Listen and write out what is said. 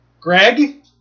Greg